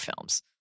films